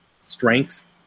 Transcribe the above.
strengths